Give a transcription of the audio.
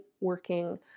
working